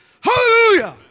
Hallelujah